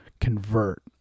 convert